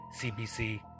CBC